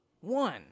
one